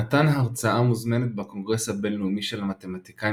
נתן הרצאה מוזמנת בקונגרס הבינלאומי של המתמטיקאים